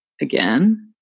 again